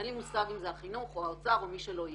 אין לי מושג אם זה החינוך או האוצר או מי שלא יהיה.